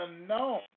unknown